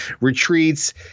retreats